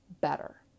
better